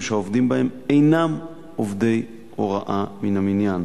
שהעובדים בהם אינם עובדי הוראה מן המניין,